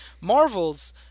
Marvel's